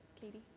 Katie